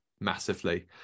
massively